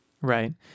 right